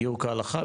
גיור כהלכה.